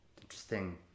interesting